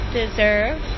deserve